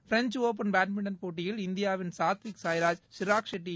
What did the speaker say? French Open badminton போட்டியில் இந்தியாவின் சாத்விக் சாய்ராஜ் ஷிராக் ஷெட்டி